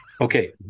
Okay